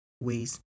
ways